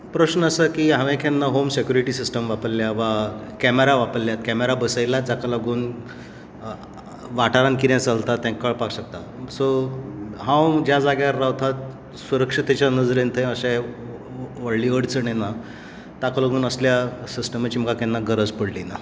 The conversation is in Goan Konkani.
प्रश्न आसा की हांवें केन्ना होम सेक्युरिटी सिस्टम वापरल्या वा कॅमेरा वापरल्यात कॅमेरा बसयल्यात जाका लागून वाठारांत कितें चलता तें कळपाक शकता सो हांव ज्या जाग्यार रावता सुरक्षेच्या नदरेन ते थंय अशे व्हडली अडचण येना ताका लागून असल्या सिस्टमाची म्हाका केन्नाच गरज पडली ना